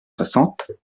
soixante